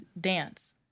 dance